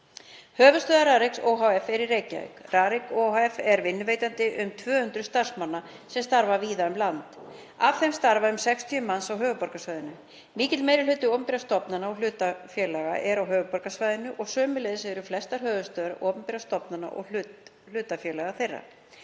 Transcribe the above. Höfuðstöðvar Rariks ohf. eru í Reykjavík. Rarik ohf. er vinnuveitandi um 200 starfsmanna, sem starfa víða um landið. Af þeim starfa um 60 manns á höfuðborgarsvæðinu. Mikill meiri hluti opinberra stofnana og hlutafélaga er á höfuðborgarsvæðinu og sömuleiðis eru flestar höfuðstöðvar opinberra stofnana og hlutafélaga þar.